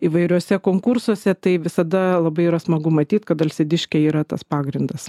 įvairiuose konkursuose tai visada labai yra smagu matyt kad alsėdiškiai yra tas pagrindas